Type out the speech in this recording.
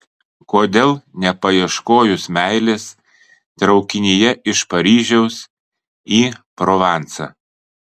kodėl nepaieškojus meilės traukinyje iš paryžiaus į provansą